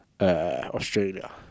Australia